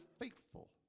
faithful